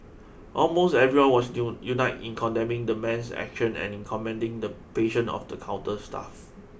almost everyone was united in condemning the man's actions and in commending the patience of the counter staff